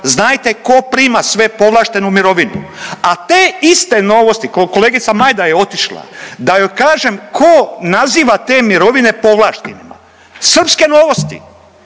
znajte tko prima sve povlaštenu mirovinu. A te iste novosti, kolegica Majda je otišla da joj kažem tko naziva te mirovine povlaštenima. Srpske novosti